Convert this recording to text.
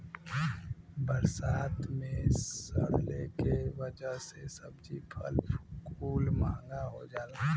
बरसात मे सड़ले के वजह से सब्जी फल कुल महंगा हो जाला